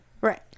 Right